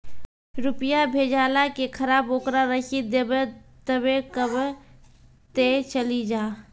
रुपिया भेजाला के खराब ओकरा रसीद देबे तबे कब ते चली जा?